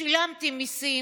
שילמתי מיסים,